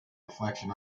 reflection